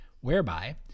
Whereby